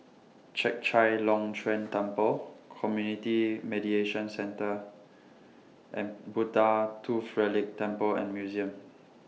Chek Chai Long Chuen Temple Community Mediation Centre and Buddha Tooth Relic Temple and Museum